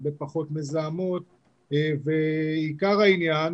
הרבה פחות מזהמות ועיקר העניין,